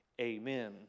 amen